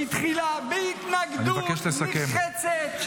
שהתחילה בהתנגדות נחרצת -- אני מבקש לסכם.